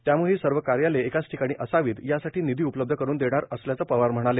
त्यामुळे ही सर्व कार्यालये एकाच ठिकाणी असावीत यासाठी निधी उपलब्ध करून देणार असल्याचं पवार म्हणाले